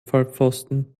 vollpfosten